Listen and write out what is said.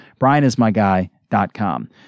brianismyguy.com